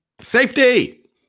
safety